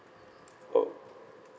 orh